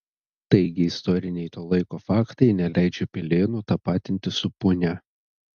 taigi istoriniai to laiko faktai neleidžia pilėnų tapatinti su punia